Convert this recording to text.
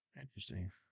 Interesting